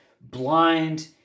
blind